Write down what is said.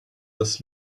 das